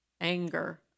anger